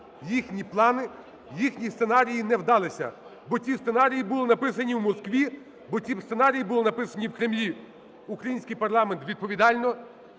їхні плани, їхні сценарії не вдалися, бо ті сценарії були написані в Москві, бо ті сценарії були написані в Кремлі. Український парламент відповідально